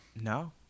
no